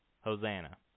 Hosanna